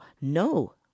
no